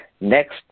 Next